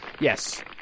yes